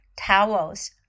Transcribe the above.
towels